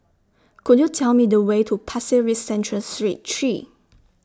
Could YOU Tell Me The Way to Pasir Ris Central Street three